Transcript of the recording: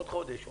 עוד חודש,